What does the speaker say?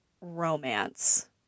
romance